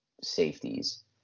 safeties